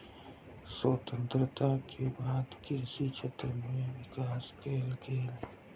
स्वतंत्रता के बाद कृषि क्षेत्र में विकास कएल गेल